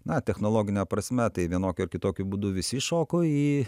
na technologine prasme tai vienokiu ar kitokiu būdu visi įšoko į